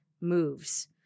moves